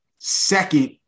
second